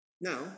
Now